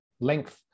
length